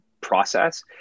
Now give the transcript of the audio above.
process